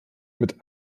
mit